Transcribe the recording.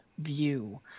View